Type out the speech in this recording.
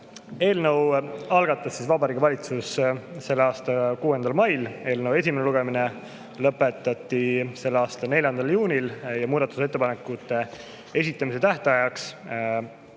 Eelnõu algatas Vabariigi Valitsus selle aasta 6. mail. Eelnõu esimene lugemine lõpetati selle aasta 4. juunil ja muudatusettepanekute esitamise tähtajaks,